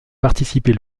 participer